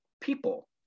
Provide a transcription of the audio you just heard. people